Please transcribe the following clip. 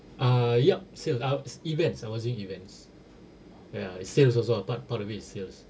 ah yup sale~ uh events events I was doing events ya is sales also ah part part of it is sales